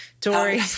Dory